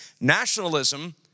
nationalism